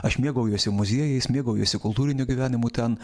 aš mėgaujuosi muziejais mėgaujasi kultūriniu gyvenimu ten